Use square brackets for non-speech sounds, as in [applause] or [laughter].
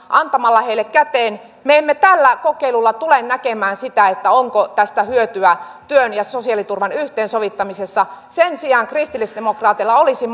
antamalla heille viisisataakuusikymmentä euroa käteen me emme tällä kokeilulla tule näkemään sitä onko tästä hyötyä työn ja sosiaaliturvan yhteensovittamisessa sen sijaan kristillisdemokraateilla olisi [unintelligible]